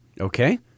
Okay